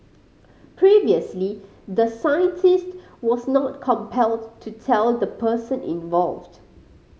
previously the scientist was not compelled to tell the person involved